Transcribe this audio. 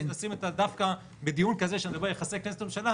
בדיון כזה שמדבר על יחסי כנסת-ממשלה,